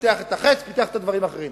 שפיתח את ה"חץ" ודברים אחרים.